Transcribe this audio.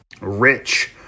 rich